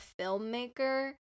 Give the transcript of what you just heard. filmmaker